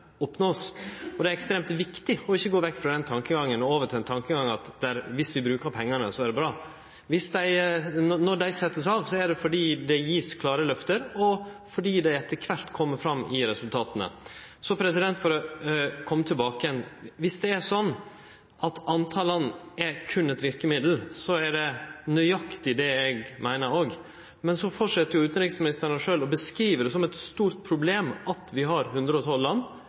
ekstremt viktig at ein ikkje går vekk frå den tankegangen og over til ein tankegang om at viss vi brukar pengane, er det bra. Når dei pengane vert sette av, er det fordi det vert gjeve klare løfter og fordi det etter kvart kjem fram i resultata. Viss det er sånn at talet på land berre er eit verkemiddel, er det nøyaktig det eg òg meiner. Men utanriksministeren sjølv fortset å skildre det som eit stort problem at vi har